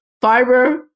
fiber